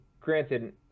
granted